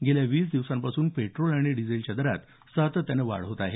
गेल्या वीस दिवसांपासून पेट्रोल आणि डिझेलच्या दरात सातत्यानं वाढ होत आहे